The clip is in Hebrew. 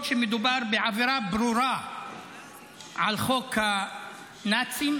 שמדובר בעבירה ברורה על חוק הנאצים,